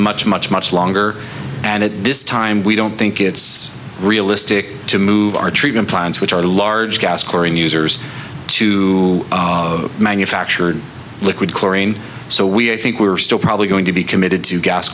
much much much longer and at this time we don't think it's realistic to move our treatment plants which are large gas korean users to manufacture liquid chlorine so we i think we're still probably going to be committed to gas